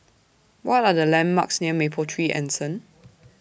What Are The landmarks near Mapletree Anson